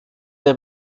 der